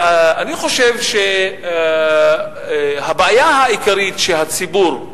אני חושב שהבעיה העיקרית שהציבור,